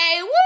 Woo